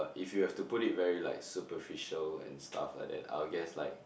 but if you have to put it very like superficial and stuff like that I will guess like